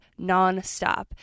nonstop